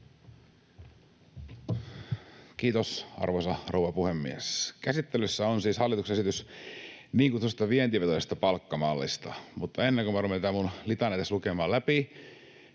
Kiitos, arvoisa rouva puhemies! Käsittelyssä on siis hallituksen esitys niin kutsutusta vientivetoisesta palkkamallista. Mutta ennen kuin minä rupean tätä minun litaniaani tässä lukemaan läpi